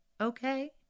okay